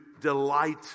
delight